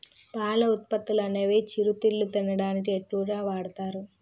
పాల ఉత్పత్తులనేవి చిరుతిళ్లు తినడానికి ఎక్కువ వాడుతారు